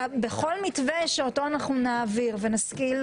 בכל מתווה שאותו נעביר ונשכיל